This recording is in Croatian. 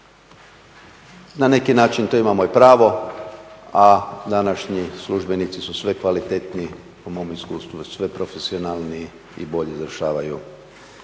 Na neki način tu imamo i pravo, a današnji službenici su sve kvalitetniji, po mom iskustvu sve profesionalniji i bolje izvršavaju